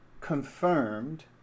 confirmed